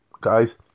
guys